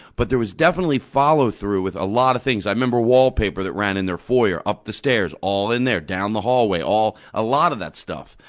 but there was definitely follow-through with a lot of things. i remember wallpaper that ran in their foyer up the stairs, all in there, down the hallway, all a lot of that stuff.